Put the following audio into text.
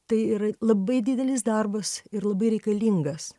tai yra labai didelis darbas ir labai reikalingas